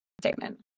statement